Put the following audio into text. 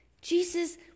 Jesus